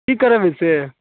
कि करेबै से